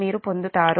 మీరు పొందుతారు